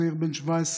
צעיר בן 17,